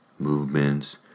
Movements